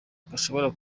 gashobora